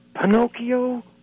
Pinocchio